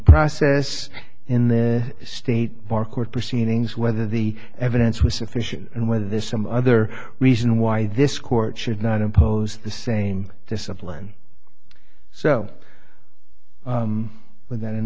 process in the state bar court proceedings whether the evidence was sufficient and whether there's some other reason why this court should not impose the same discipline so with that in